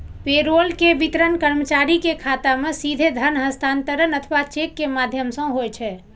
payroll के वितरण कर्मचारी के खाता मे सीधे धन हस्तांतरण अथवा चेक के माध्यम सं होइ छै